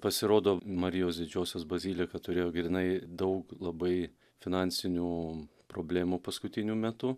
pasirodo marijos didžiosios bazilika turėjo grynai daug labai finansinių problemų paskutiniu metu